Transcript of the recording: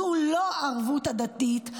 זו לא ערבות הדדית.